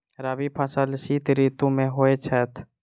रबी फसल शीत ऋतु मे होए छैथ?